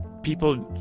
people,